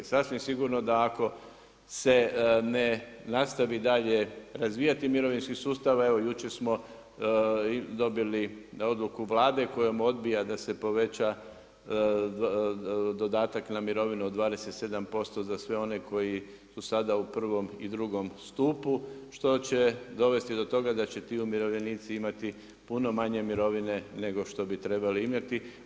Sasvim sigurno da ako se ne nastavi dalje razvijati mirovinski sustav, jučer smo dobili odluku Vlade koja odbija da se poveća dodatak na mirovinu od 27% za sve oni koji su sada u prvom i drugom stupu, što će dovesti do toga da će ti umirovljenici imati puno manje mirovine nego što trebali imati.